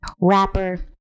Rapper